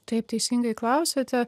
taip teisingai klausiate